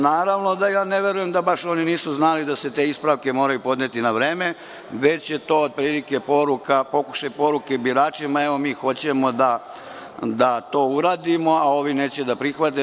Naravno da ne verujem da baš oni nisu znali da se te ispravke moraju podneti na vreme, već je to otprilike poruka, pokušaj poruke biračima - evo mi hoćemo da to uradimo, a ovi neće da prihvate.